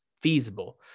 feasible